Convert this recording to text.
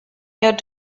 eher